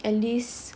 at least